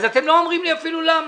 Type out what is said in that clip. אז אתם לא אומרים לי אפילו למה.